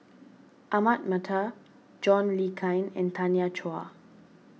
Ahmad Mattar John Le Cain and Tanya Chua